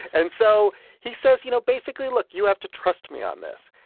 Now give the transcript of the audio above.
and so he says, you know, basically, look, you have to trust me on this.